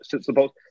supposed